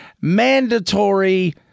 mandatory